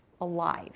alive